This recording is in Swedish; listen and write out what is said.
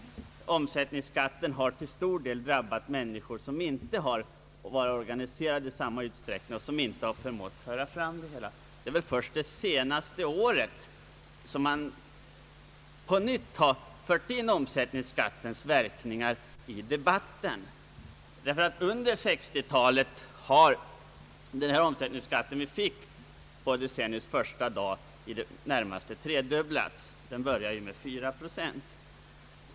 Omsättningsskatten har till stor del drabbat människor som inte varit organiserade i samma utsträckning och som inte förmått föra fram sina synpunkter. Det är först senaste året som man på nytt har fört in omsättningsskattens verkningar i debatten. Under 1960-talet har nämligen den omsättningsskatt som vi fick på decenniets första dag i det närmaste tredubblats — den började ju med 4 procent.